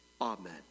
amen